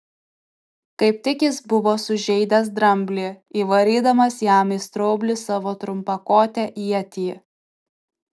kaip tik jis buvo sužeidęs dramblį įvarydamas jam į straublį savo trumpakotę ietį